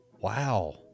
wow